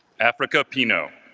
africa pino